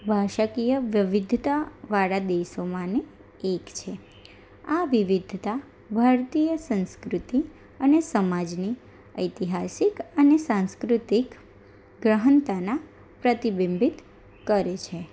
ભાષાકીય વૈવિધ્યતાવાળા દેશોમાંનો એક છે આ વિવિધતા ભારતીય સંસ્કૃતિ અને સમાજની ઐતિહાસિક અને સાંસ્કૃતિક ગ્રહણતાને પ્રતિબિંબિત કરે છે